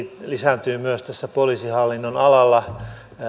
lisääntyy myös poliisihallinnon alalla